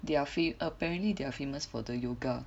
they are free apparently they are famous for the yoga